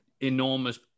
enormous